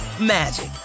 magic